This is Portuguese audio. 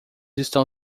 estão